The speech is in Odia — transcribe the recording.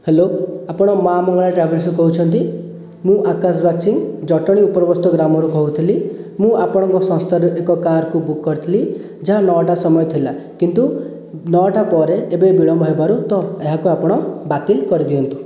ହ୍ୟାଲୋ ଆପଣ ମା ମଙ୍ଗଳା ଟ୍ରାଭେଲସ୍ରୁ କହୁଛନ୍ତି ମୁଁ ଆକାଶ ବାଗ୍ଚି ଜଟଣୀ ଉପରବସ୍ତ ଗ୍ରାମରୁ କହୁଥିଲି ମୁଁ ଆପଣଙ୍କ ସଂସ୍ଥାରୁ ଏକ କାର୍କୁ ବୁକ୍ କରିଥିଲି ଯାହା ନଅଟା ସମୟ ଥିଲା କିନ୍ତୁ ନଅଟା ପରେ ଏବେ ବିଳମ୍ବ ହେବାରୁ ତ ଏହାକୁ ଆପଣ ବାତିଲ କରିଦିଅନ୍ତୁ